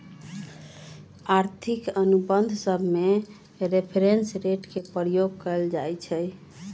आर्थिक अनुबंध सभमें रेफरेंस रेट के प्रयोग कएल जाइ छइ